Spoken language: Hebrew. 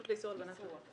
לאיסור הלבנת הון.